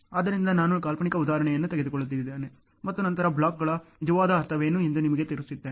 ಆದ್ದರಿಂದ ನಾನು ಕಾಲ್ಪನಿಕ ಉದಾಹರಣೆಯನ್ನು ತೆಗೆದುಕೊಳ್ಳಲಿದ್ದೇನೆ ಮತ್ತು ನಂತರ ಬ್ಲಾಕ್ಗಳ ನಿಜವಾದ ಅರ್ಥವೇನು ಎಂದು ನಿಮಗೆ ತೋರಿಸುತ್ತೇನೆ